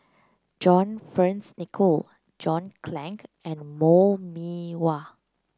John Fearns Nicoll John Clang and Lou Mee Wah